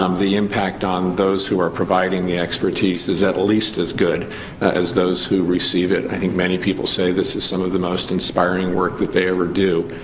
um the impact on those who are providing the expertise is at least as good as those who receive it. i think many people say this is some of the most inspiring work that they ever do.